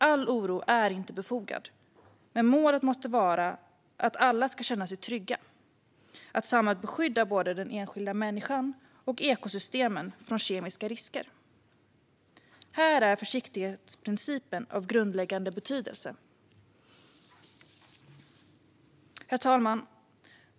All oro är inte befogad, men målet måste vara att alla ska känna sig trygga med att samhället beskyddar både den enskilda människan och ekosystemen från kemiska risker. Här är försiktighetsprincipen av grundläggande betydelse. Herr talman!